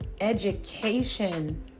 education